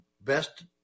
best